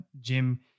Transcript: Jim